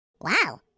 Wow